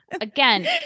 Again